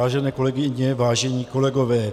Vážené kolegyně, vážení kolegové.